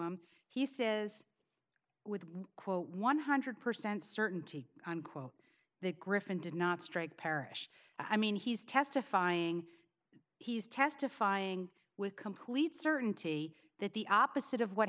him he says with quote one hundred percent certainty unquote the griffin did not strike parrish i mean he's testifying he's testifying with complete certainty that the opposite of what